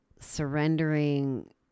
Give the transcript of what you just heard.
surrendering